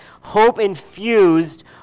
hope-infused